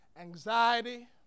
anxiety